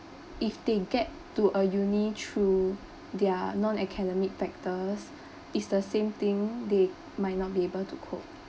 if they get to a uni through their non academic factors is the same thing they might not be able to cope